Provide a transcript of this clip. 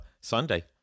Sunday